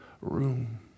room